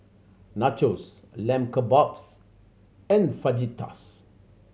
Nachos Lamb Kebabs and Fajitas